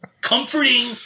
comforting